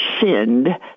sinned